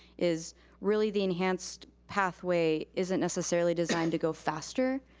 is really the enhanced pathway isn't necessarily designed to go faster.